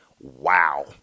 Wow